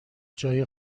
جای